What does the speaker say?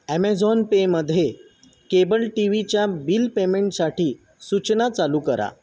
Amazon पेमध्ये cable T व्हीच्या bill पेमेंटसाठी सूचना चालू करा